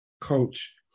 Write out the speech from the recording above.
coach